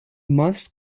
must